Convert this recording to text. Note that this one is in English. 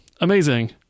amazing